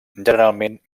generalment